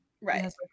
Right